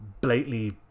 blatantly